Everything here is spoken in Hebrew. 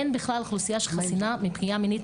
אין בכלל אוכלוסייה שחסינה מפגיעה מינית,